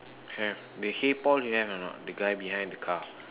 have the hey Paul you have or not the guy behind the car